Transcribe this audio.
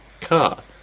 car